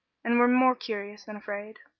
and were more curious than afraid.